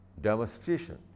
demonstration